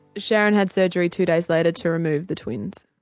sharon had surgery two days later to remove the twins.